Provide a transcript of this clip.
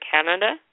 Canada